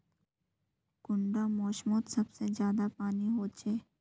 कुंडा मोसमोत सबसे ज्यादा पानी होचे?